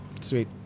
Sweet